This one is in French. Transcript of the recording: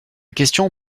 question